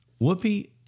Whoopi